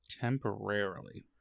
Temporarily